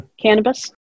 cannabis